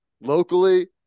locally